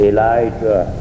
Elijah